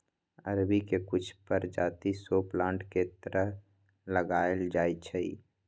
अरबी के कुछ परजाति शो प्लांट के तरह लगाएल जाई छई